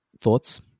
thoughts